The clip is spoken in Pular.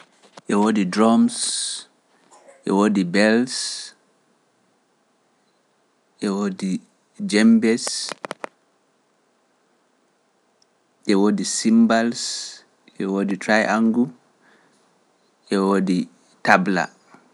E woodi drums, e woodi bells, e woodi gembes, e woodi symballs, e woodi triangle e woodi tabla